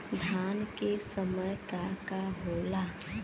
धान के समय का का होला?